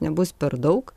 nebus per daug